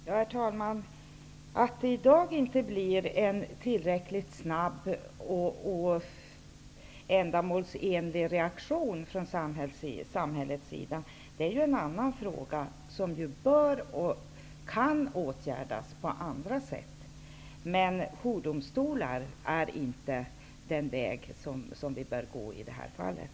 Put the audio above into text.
Herr talman! Att det i dag inte blir en tillräckligt snabb och ändamålsenlig reaktion från samhällets sida är en annan fråga, som ju bör och kan åtgärdas på annat sätt. Men jourdomstolar är inte den väg som vi bör gå i det här fallet.